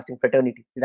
fraternity